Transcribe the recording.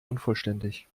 unvollständig